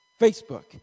Facebook